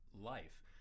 life